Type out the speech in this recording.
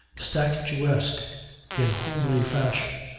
statuesque in homely fashion,